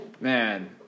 Man